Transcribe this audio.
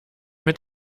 mit